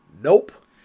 nope